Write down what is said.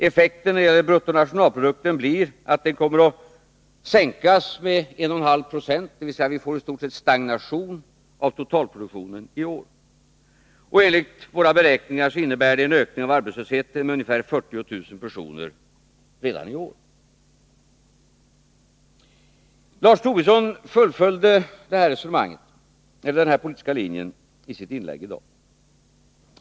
Effekten när det gäller bruttonationalprodukten blir att den kommer att sänkas med 1,5 96, dvs. vi får i stort sett stagnation av totalproduktionen i år. Enligt våra beräkningar innebär detta en ökning av arbetslösheten med ungefär 40 000 personer redan i år. Lars Tobisson fullföljde den här politiska linjen i sitt inlägg i dag.